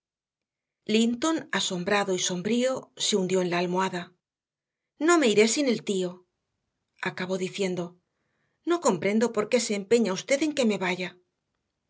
linton asombrado y sombrío se hundió en la almohada no me iré sin el tío acabó diciendo no comprendo por qué se empeña usted en que me vaya